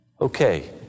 okay